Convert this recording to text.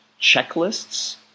checklists